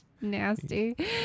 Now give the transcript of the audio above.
nasty